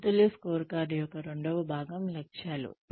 సమతుల్య స్కోర్కార్డ్ యొక్క రెండవ భాగం లక్ష్యాలు